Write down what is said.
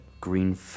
green